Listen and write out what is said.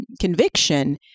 conviction